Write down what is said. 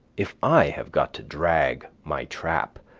if i have got to drag my trap,